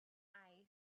ice